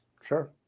Sure